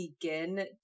begin